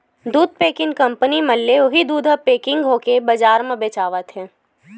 दू packing company मन ले उही दूद ह पेकिग होके बजार म बेचावत हे